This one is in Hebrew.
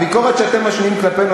הביקורת שאתם משמיעים כלפינו,